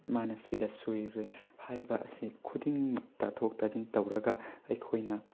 ꯃꯥꯅ ꯁꯤꯗ ꯁꯣꯏꯔꯨꯔꯦ ꯍꯥꯏꯕ ꯑꯁꯤ ꯈꯨꯗꯤꯡꯃꯛ ꯇꯥꯊꯣꯛ ꯇꯥꯁꯤꯟ ꯇꯧꯔꯒ ꯑꯩꯈꯣꯏꯅ